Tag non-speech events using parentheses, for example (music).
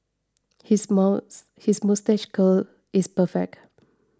his (unintelligible) his moustache curl is perfect